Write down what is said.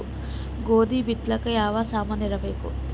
ಗೋಧಿ ಬಿತ್ತಲಾಕ ಯಾವ ಸಾಮಾನಿರಬೇಕು?